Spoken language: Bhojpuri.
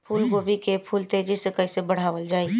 फूल गोभी के फूल तेजी से कइसे बढ़ावल जाई?